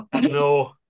no